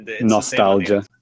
Nostalgia